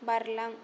बारलां